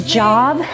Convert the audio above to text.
job